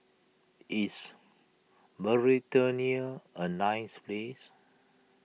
is Mauritania a nice place